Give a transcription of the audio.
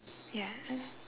ya